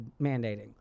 mandating